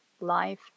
life